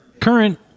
current